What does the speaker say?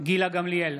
גילה גמליאל,